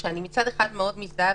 מצד אחד אני מאוד מזדהה,